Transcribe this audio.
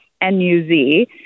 N-U-Z